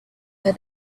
her